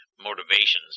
Motivations